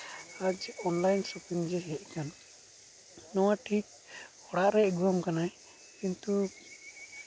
ᱟᱨ online shopping ᱡᱮ ᱦᱮᱡ ᱠᱟᱱᱟ ᱱᱚᱣᱟ ᱴᱷᱤᱠ ᱚᱲᱟᱜ ᱨᱮ ᱟᱹᱜᱩᱣᱟᱢ ᱠᱟᱱᱟᱭ ᱠᱤᱱᱛᱩ